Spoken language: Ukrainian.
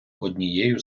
однією